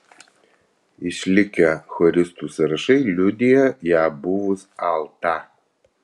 išlikę choristų sąrašai liudija ją buvus altą